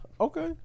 Okay